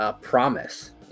promise